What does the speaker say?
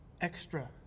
extra